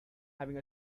having